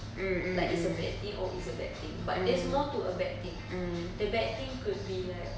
like it's a bad thing oh it's a bad thing but there's more to a bad thing the bad thing could be like